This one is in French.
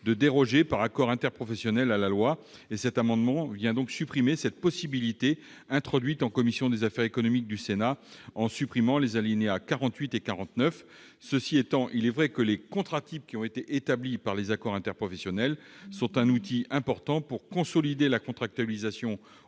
de déroger par accord interprofessionnel à la loi. Cet amendement tend donc à supprimer cette possibilité, introduite par la commission des affaires économiques du Sénat aux alinéas 48 et 49. Cela étant, il est vrai que les contrats types qui ont été établis par les accords interprofessionnels sont un outil important pour consolider la contractualisation